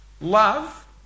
love